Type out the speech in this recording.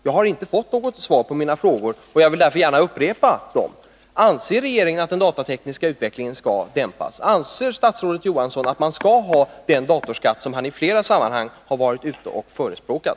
Jag har inte fått något svar på mina frågor, och jag vill därför gärna upprepa dem: Anser regeringen att den datatekniska utvecklingen skall dämpas? Anser statsrådet Johansson att man skall ha den datorskatt som han i flera sammanhang har varit ute och förespråkat?